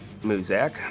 Muzak